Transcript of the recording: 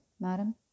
Madam